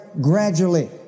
gradually